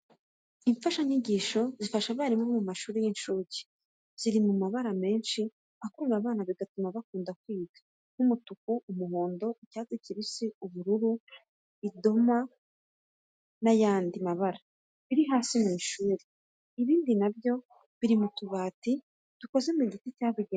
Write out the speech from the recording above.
Imfashanyigisho zifasha abarimu bo mu mashuri y'incuke, ziri mu mabara menshi akurura abana bigatuma bakunda kwiga nk'umutuku, umuhondo, icyatsi kibisi, ubururu, idoma n'ayandi mabara biri hasi mu ishuri. Ibindi na byo biri mu tubati dukoze mu giti twabugenewe.